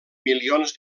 milions